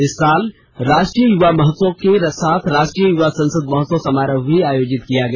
इस साल राष्ट्रीय युवा महोत्सव के साथ राष्ट्रीय युवा संसद समारोह भी आयोजित किया गया